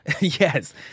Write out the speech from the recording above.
Yes